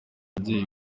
ababyeyi